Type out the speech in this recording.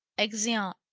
exeunt.